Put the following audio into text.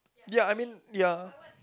ya I mean ya